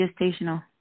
Gestational